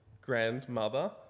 grandmother